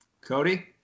Cody